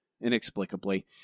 inexplicably